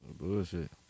Bullshit